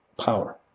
power